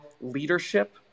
leadership